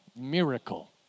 miracle